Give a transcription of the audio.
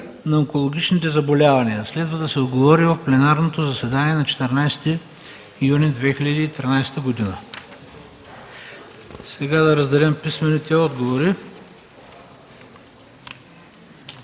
на онкологичните заболявания. Следва да се отговори в пленарното заседание на 14 юни 2013 г. Сега ще раздадем писмените отговори